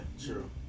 true